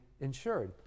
insured